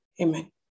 Amen